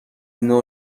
نوع